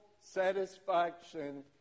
satisfaction